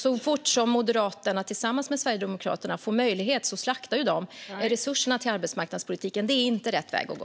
Så fort Moderaterna tillsammans med Sverigedemokraterna får möjlighet slaktar de resurserna till arbetsmarknadspolitiken. Det är inte rätt väg att gå.